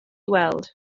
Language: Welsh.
weld